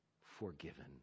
forgiven